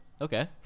Okay